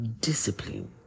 discipline